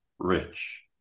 Rich